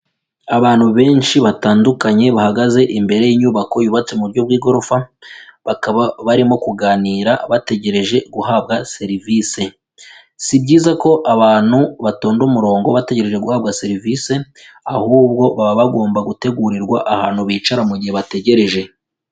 Abantu benshi batandukanye bahagaze imbere y'inyubako yubatse mu buryo bw'igorofa, bakaba barimo kuganira bategereje guhabwa serivisi, si byiza ko abantu batonda umurongo bategereje guhabwa serivisi ahubwo baba bagomba gutegurirwa ahantu bicara mu gihe bategereje.